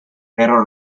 perro